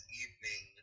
evening